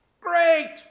Great